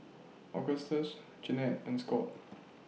Augustus Jeanette and Scott